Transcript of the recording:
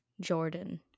Jordan